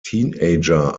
teenager